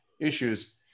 issues